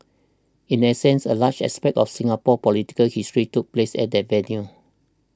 in essence a large aspect of Singapore's political history took place at that venue